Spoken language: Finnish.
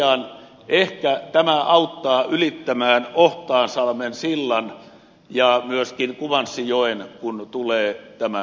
mutta tosiaan ehkä tämä auttaa ylittämään ohtaansalmen sillan ja myöskin kuvansinjoen kun tulee tämä laajempi vaalipiiri